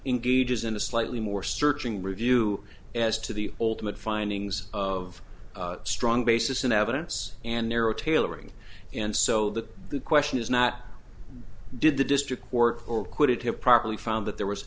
engages in a slightly more searching review as to the ultimate findings of strong basis in evidence and narrow tailoring and so that the question is not did the district court or quit have properly found that there was